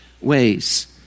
ways